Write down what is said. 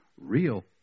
real